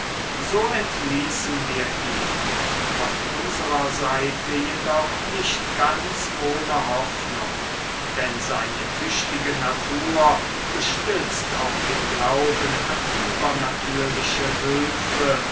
so entließen wir ihn von unserer seite jedoch nicht ganz ohne hoffnung denn seine tüchtige natur gestützt auf den glauben an übernatürliche hülfe